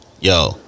Yo